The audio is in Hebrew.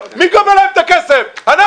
הם גובים לו את הכסף, ומי גובה להם את הכסף?